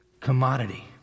commodity